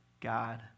God